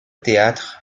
théâtre